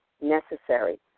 necessary